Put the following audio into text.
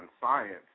science